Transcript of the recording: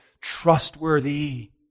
trustworthy